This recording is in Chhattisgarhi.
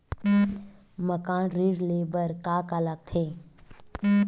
मकान ऋण ले बर का का लगथे?